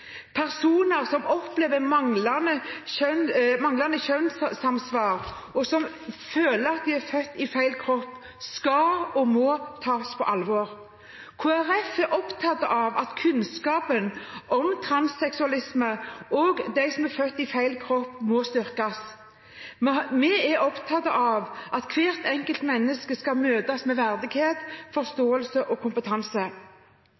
Personer som opplever manglende kjønnssamsvar, og som føler at de er født i feil kropp, skal og må tas på alvor. Kristelig Folkeparti er opptatt av at kunnskapen om transseksualisme og om dem som er født i feil kropp, må styrkes. Vi er opptatt av at hvert enkelt menneske skal møtes med verdighet,